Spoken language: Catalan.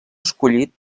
escollit